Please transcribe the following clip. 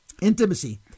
intimacy